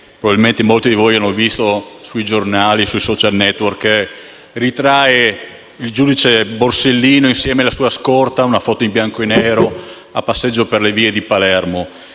probabilmente molti di voi avranno visto sui giornali o sui *social network* - che ritrae il giudice Borsellino insieme alla sua scorta a passeggio per le vie di Palermo.